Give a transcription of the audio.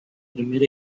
primer